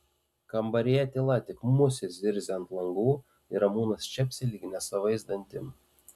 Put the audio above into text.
kambaryje tyla tik musės zirzia ant langų ir ramūnas čepsi lyg nesavais dantim